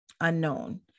Unknown